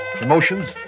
emotions